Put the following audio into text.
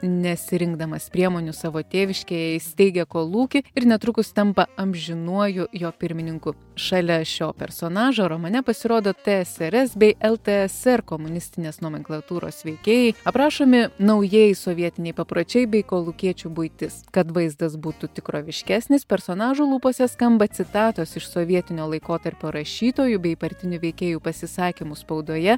nesirinkdamas priemonių savo tėviškėje įsteigia kolūkį ir netrukus tampa amžinuoju jo pirmininku šalia šio personažo romane pasirodo tsrs bei ltsr komunistinės nomenklatūros veikėjai aprašomi naujieji sovietiniai papročiai bei kolūkiečių buitis kad vaizdas būtų tikroviškesnis personažų lūpose skamba citatos iš sovietinio laikotarpio rašytojų bei partinių veikėjų pasisakymų spaudoje